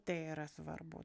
tai yra svarbu